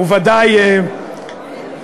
הוא ודאי צריך,